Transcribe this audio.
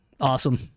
Awesome